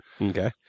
Okay